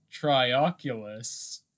Trioculus